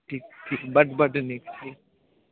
ठीक ठीक बड्ड बड्ड नीक ठीक